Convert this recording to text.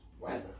weather